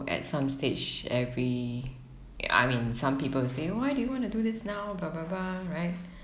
at some stage every I mean some people will say why do you want to do this now blah blah blah right